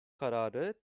kararı